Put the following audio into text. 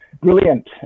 Brilliant